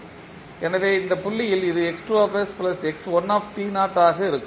எனவே இந்த புள்ளியில் இது ஆக இருக்கும்